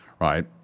right